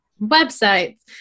websites